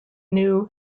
new